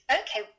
okay